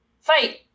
fight